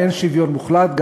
אין שוויון מוחלט.